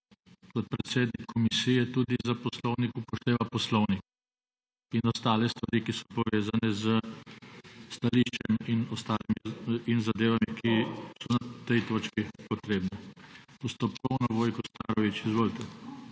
kot predsednik Komisije za poslovnik upošteva poslovnik in ostale stvari, ki so povezane s stališči in zadevami, ki so na tej točki potrebne. Postopkovno, Vojko Starović.